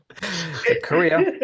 Korea